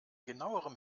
genauerem